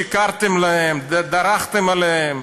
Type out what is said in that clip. שיקרתם להם ודרכתם עליהם,